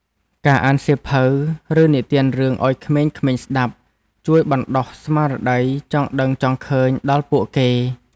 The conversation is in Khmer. ការអានសៀវភៅ ឬនិទានរឿងឱ្យក្មេងៗស្តាប់ជួយបណ្តុះស្មារតីចង់ដឹងចង់ឃើញដល់ពួកគេ។